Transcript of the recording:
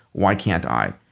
why can't i?